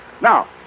Now